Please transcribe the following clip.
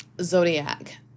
zodiac